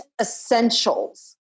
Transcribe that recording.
Essentials